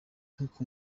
nkuko